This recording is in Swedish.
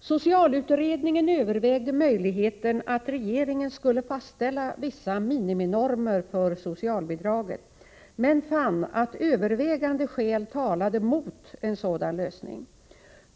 Socialutredningen övervägde möjligheten att regeringen skulle fastställa vissa miniminormer för socialbidraget, men fann att övervägande skäl talade mot en sådan lösning.